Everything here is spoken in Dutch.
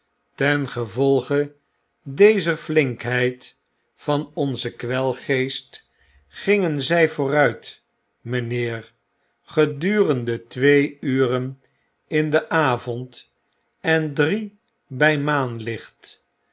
ten gevolge dezer flinkheid van onzen kwelgeest gingen zy vooruit mynheer gedurende twee uren in den avond en drie